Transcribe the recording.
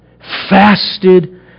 fasted